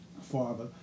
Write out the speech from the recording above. father